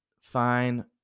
fine